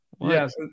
yes